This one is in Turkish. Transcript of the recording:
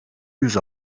yüz